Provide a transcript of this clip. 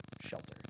shelter